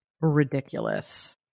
ridiculous